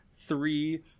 three